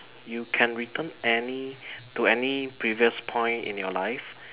you can return any to any previous point in your life